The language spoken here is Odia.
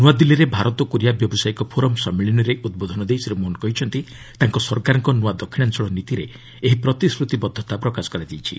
ନୂଆଦିଲ୍ଲୀରେ ଭାରତ କୋରିଆ ବ୍ୟବସାୟିକ ଫୋରମ୍ ସମ୍ମିଳନୀରେ ଉଦ୍ବୋଧନ ଦେଇ ଶ୍ରୀ ମୁନ୍ କହିଛନ୍ତି ତାଙ୍କ ସରକାରଙ୍କ ନୂଆ ଦକ୍ଷିଣାଞ୍ଚଳ ନୀତିରେ ଏହି ପ୍ରତିଶ୍ରତିବଦ୍ଧତା ପ୍ରକାଶ କରାଯାଇଛି